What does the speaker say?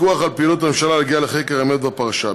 פיקוח על פעילות הממשלה להגיע לחקר האמת בפרשה,